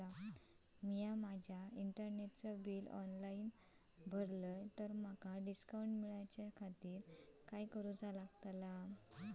मी माजा इंटरनेटचा bill online भरला तर माका डिस्काउंट मिलाच्या खातीर काय करुचा?